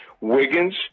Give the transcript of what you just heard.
Wiggins